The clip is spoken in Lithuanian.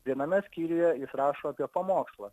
viename skyriuje jis rašo apie pamokslą